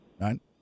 Right